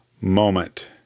moment